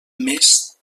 més